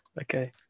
Okay